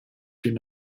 den